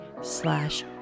slash